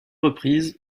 reprises